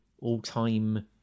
all-time